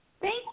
Thank